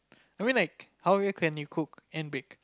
I mean like how well an you cook and bake